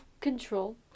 control